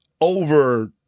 over